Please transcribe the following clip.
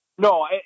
No